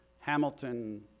Hamilton